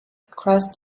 across